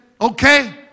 Okay